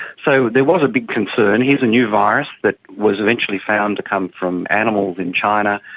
so there was a big concern, here is a new virus that was eventually found to come from animals in china,